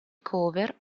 cover